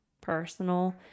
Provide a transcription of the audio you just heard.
personal